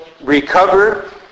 recover